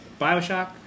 bioshock